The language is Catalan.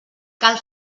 cal